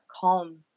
calm